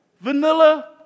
Vanilla